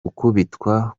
gukubitwa